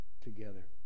together